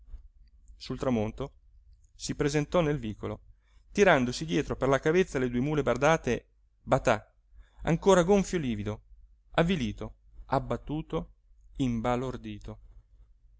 sul tramonto si presentò nel vicolo tirandosi dietro per la cavezza le due mule bardate batà ancora gonfio e livido avvilito abbattuto